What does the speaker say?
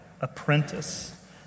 apprentice